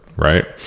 Right